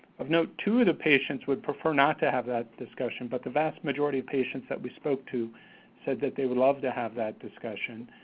of note, two of the patients would prefer not to have that discussion, but the vast majority of patients that we spoke to said they would love to have that discussion.